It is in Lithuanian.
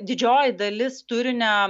didžioji dalis turinio